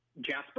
Jasper